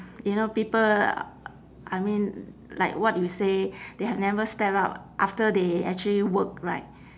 you know people I mean like what you say they have never step out after they actually work right